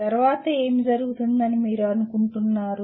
తర్వాత ఏమి జరుగుతుందని మీరు అనుకుంటున్నారు